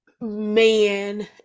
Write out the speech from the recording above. man